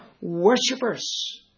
worshippers